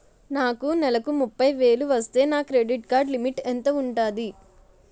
నాకు నెలకు ముప్పై వేలు వస్తే నా క్రెడిట్ కార్డ్ లిమిట్ ఎంత ఉంటాది?